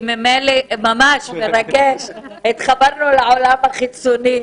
ממש מרגש התחברנו לעולם החיצון.